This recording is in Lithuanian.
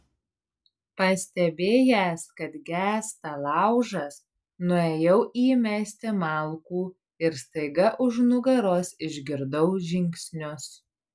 pastebėjęs kad gęsta laužas nuėjau įmesti malkų ir staiga už nugaros išgirdau žingsnius